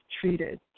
treated